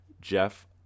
jeff